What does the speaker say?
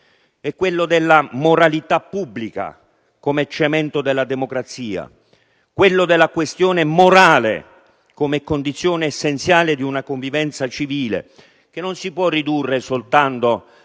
è quello della moralità pubblica come cemento della democrazia, quello della questione morale come condizione essenziale di una convivenza civile, che non si può ridurre soltanto